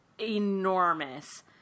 enormous